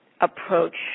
approach